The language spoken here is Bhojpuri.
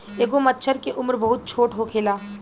एगो मछर के उम्र बहुत छोट होखेला